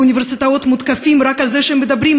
באוניברסיטאות רק על זה שהם מדברים,